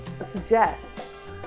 Suggests